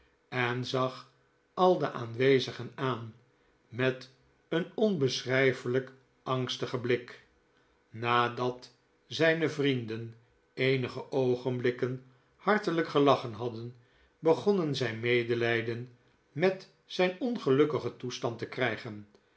en zag al de aanwezigen aan met een onbeschrijfelijk angstigen blik nadat zijne vrienden eenige oogenblikken hartelijk gelachen hadden begonnen zij medelijden met zijn ongelukkigen toestand te krijgen